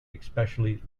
especially